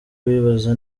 bibaza